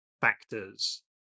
factors